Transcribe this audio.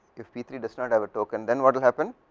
if p three does not have a token then what will happen,